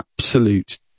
absolute